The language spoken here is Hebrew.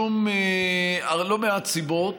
מלא מעט סיבות,